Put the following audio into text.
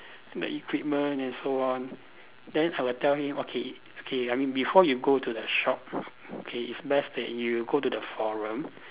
the equipment and so on then I would tell him okay okay I mean before you go to the shop okay it's best that you go to the forum